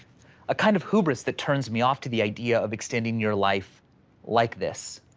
ah kind of hubris that turns me off to the idea of extending your life like this.